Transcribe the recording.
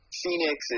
Phoenix